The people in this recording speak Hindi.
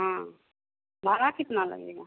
हाँ भाड़ा कितना लगेगा